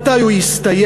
מתי הוא יסתיים,